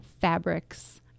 fabrics